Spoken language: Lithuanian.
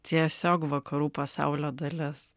tiesiog vakarų pasaulio dalis